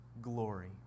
glory